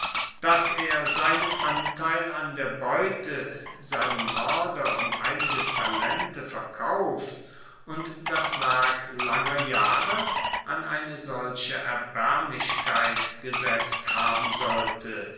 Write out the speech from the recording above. dass er seinen anteil an der beute seinem moerder um einige talente verkauft und das werk langer jahre an eine solche erbaermlichkeit gesetzt haben sollte